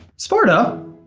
sparta,